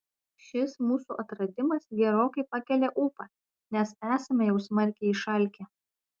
šis mūsų atradimas gerokai pakelia ūpą nes esame jau smarkiai išalkę